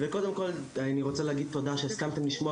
וקודם כל אני רוצה להגיד תודה שהסכמתם לשמוע